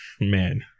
Man